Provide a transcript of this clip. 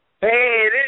Hey